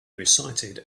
recited